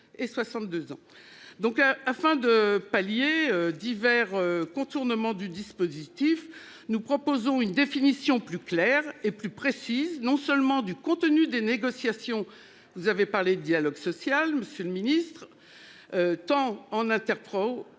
et 62 ans donc afin de pallier divers contournement du dispositif. Nous proposons une définition plus claire et plus précise non seulement du contenu des négociations. Vous avez parlé dialogue social, Monsieur le Ministre. Tant en interpro